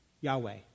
Yahweh